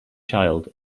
child